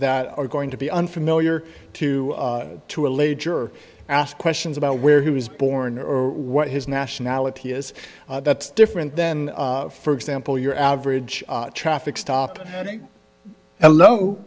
that are going to be unfamiliar to to a lay juror asked questions about where he was born or what his nationality is that's different than for example your average traffic stop hello